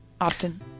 Often